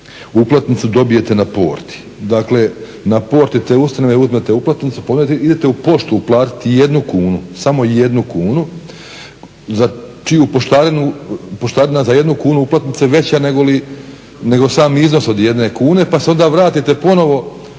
Uplatnicu dobijete na porti." Dakle, na porti te ustanove uzmete uplatnice pa onda idete u poštu uplatiti 1 kunu, samo 1 kunu za čiju poštarinu, poštarina za 1 kunu uplatnice veća nego sam iznos od 1 kune, pa se onda vratite ponovno